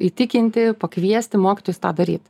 įtikinti pakviesti mokytojus tą daryt